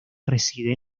reside